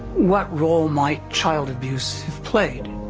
what role might child abuse play?